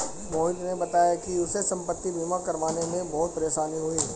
मोहित ने बताया कि उसे संपति बीमा करवाने में बहुत परेशानी हुई